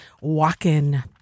Walkin